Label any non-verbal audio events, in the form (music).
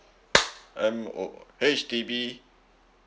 (noise) M_O H_D_B